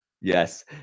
Yes